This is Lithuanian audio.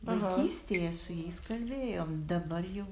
vaikystėje su jais kalbėjom dabar jau